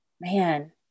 man